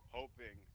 hoping